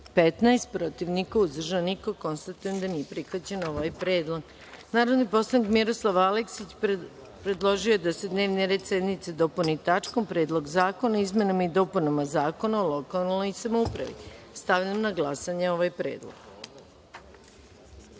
15, protiv – niko, uzdržanih – nema. Konstatujem da nije prihvaćen ovaj predlog. Narodni poslanik Miroslav Aleksić predložio da se dnevni red dopuni tačkom - Predlog zakona o izmenama i dopunama Zakona o lokalnoj samoupravi. Stavljam na glasanje ovaj